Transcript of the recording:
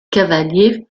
cavaliers